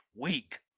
Weak